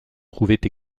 trouvait